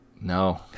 No